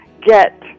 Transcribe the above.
get